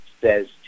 says